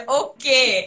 okay